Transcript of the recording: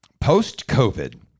post-COVID